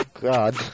God